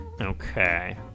Okay